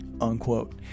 Unquote